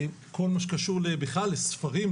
כל מה שקשור לספרים,